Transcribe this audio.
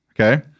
Okay